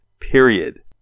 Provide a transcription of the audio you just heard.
Period